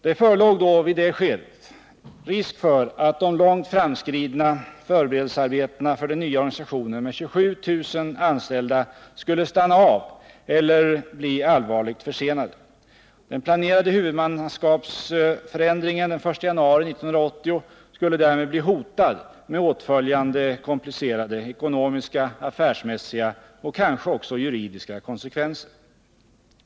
Det förelåg i detta skede risk för att de långt framskridna förberedelsearbetena för den nya organisationen med 27 000 anställda skulle stanna av eller bli allvarligt försenade. Den planerade huvudmannaskapsförändringen den 1 januari 1980 skulle därmed bli hotad, med åtföljande komplicerade ekonomiska, affärsmässiga och kanske också juridiska konsekvenser.